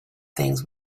things